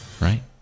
right